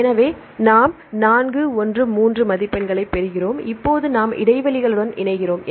எனவே நாம் 4 1 3 மதிப்பெண்ணைப் பெறுகிறோம் இப்போது நாம் இடைவெளிகளுடன் இணைகிறோம்